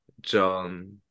John